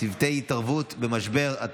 להרחבת הייצוג ההולם של בני האוכלוסייה החרדית